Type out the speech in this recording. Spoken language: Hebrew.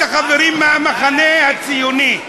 את החברים מהמחנה הציוני,